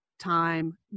time